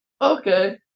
Okay